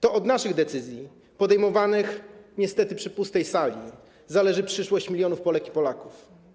To od naszych decyzji podejmowanych niestety przy pustej sali zależy przyszłość milionów Polek i Polaków.